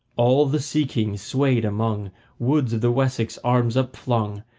all the sea-kings swayed among woods of the wessex arms upflung,